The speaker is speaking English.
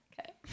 Okay